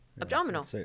abdominal